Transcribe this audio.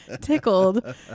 tickled